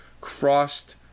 Crossed